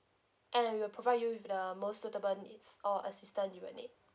and we'll provide you with the most suitable needs or assistant you will need